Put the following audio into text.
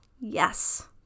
Yes